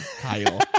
Kyle